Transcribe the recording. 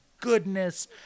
goodness